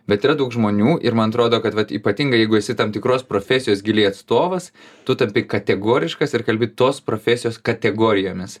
bet yra daug žmonių ir man atrodo kad vat ypatingai jeigu esi tam tikros profesijos giliai atstovas tu tampi kategoriškas ir kalbi tos profesijos kategorijomis